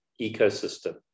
ecosystem